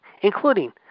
including